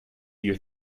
your